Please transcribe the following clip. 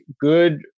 good